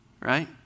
Right